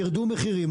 ירדו מחירים,